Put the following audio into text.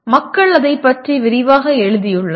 மக்கள் அதைப் பற்றி விரிவாக எழுதியுள்ளனர்